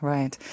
Right